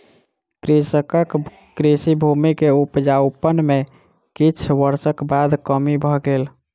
कृषकक कृषि भूमि के उपजाउपन में किछ वर्षक बाद कमी भ गेल